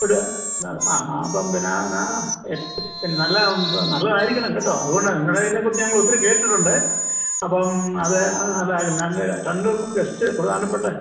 ആ ആ അപ്പം പിന്നെ ആ നല്ല നല്ലതായിരിക്കണം കേട്ടോ അതുകൊണ്ടാണ് നിങ്ങളെ അതിനെക്കുറിച്ച് ഞാൻ ഒത്തിരി കേട്ടിട്ടുണ്ട് അപ്പം അത് രണ്ട് മൂന്ന് ഗസ്റ്റ് പ്രധാനപ്പെട്ട